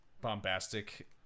bombastic-